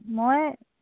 মই